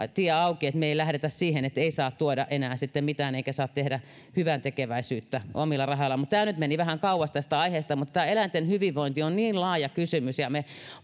tie auki että me emme lähde siihen että ei saa tuoda enää sitten mitään eikä saa tehdä hyväntekeväisyyttä omilla rahoillaan tämä nyt meni vähän kauas tästä aiheesta mutta eläinten hyvinvointi on niin laaja kysymys ja me